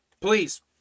please